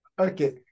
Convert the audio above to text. Okay